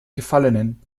gefallenen